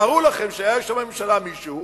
תארו לכם שהיה יושב בממשלה מישהו